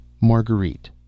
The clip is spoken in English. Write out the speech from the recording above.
Marguerite